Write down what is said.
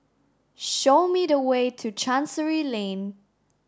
show me the way to Chancery Lane